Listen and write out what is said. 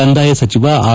ಕಂದಾಯ ಸಚಿವ ಆರ್